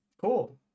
cool